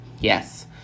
Yes